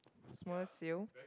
smallest seal